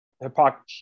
hypocrisy